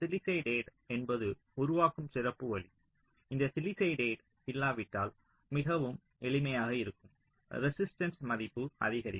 சிலிசைடேடு என்பது உருவாக்கும் சிறப்பு வழி இந்த சிலிசைடேடு இல்லாவிட்டால் மிகவும் எளிமையாக இருக்கும் ரெசிஸ்டன்ஸ் மதிப்பு அதிகரிக்கும்